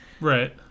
right